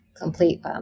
complete